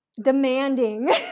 demanding